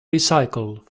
recycle